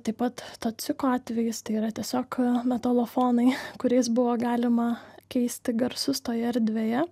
taip pat tociko atvejis tai yra tiesiog metalofonai kuriais buvo galima keisti garsus toje erdvėje